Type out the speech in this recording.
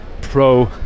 pro